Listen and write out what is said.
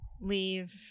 leave